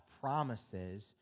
promises